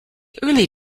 early